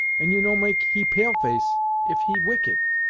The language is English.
and you no make he pale-face if he wicked.